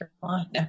Carolina